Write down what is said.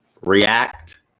react